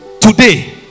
today